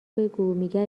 بگو، میگه